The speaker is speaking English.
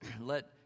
Let